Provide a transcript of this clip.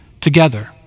together